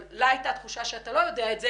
אבל לה הייתה תחושה שאתה לא יודע את זה